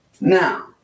Now